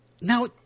Now